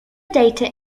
data